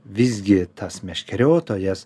visgi tas meškeriotojas